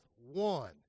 one